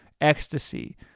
Ecstasy